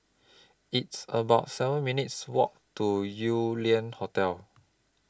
It's about seven minutes' Walk to Yew Lian Hotel